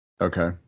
Okay